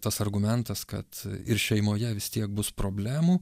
tas argumentas kad ir šeimoje vis tiek bus problemų